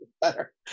better